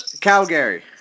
Calgary